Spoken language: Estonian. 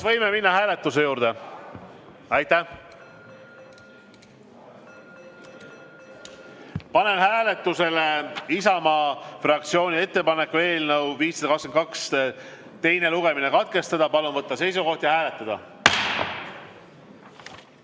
võime minna hääletuse juurde? Aitäh! Panen hääletusele Isamaa fraktsiooni ettepaneku eelnõu 522 teine lugemine katkestada. Palun võtta seisukoht ja hääletada!